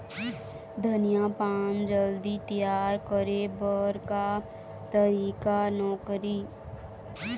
धनिया पान जल्दी तियार करे बर का तरीका नोकरी?